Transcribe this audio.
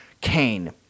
Kane